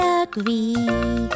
agree